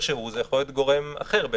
משנת 48' המעונות האלה לא מפוקחים בשום היבט,